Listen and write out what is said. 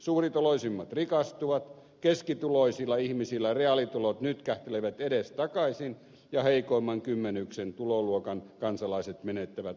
suurituloisimmat rikastuvat keskituloisilla ihmisillä reaalitulot nytkähtelevät edestakaisin ja heikoimman kymmenyksen tuloluokan kansalaiset menettävät ostovoimastaan